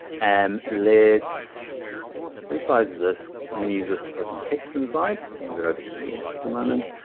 and let's resize this. i'm gonna use this to put some text inside. i'll move it over here for the moment.